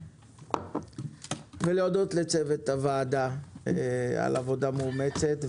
אני רוצה להודות לצוות הוועדה על עבודה מאומצת.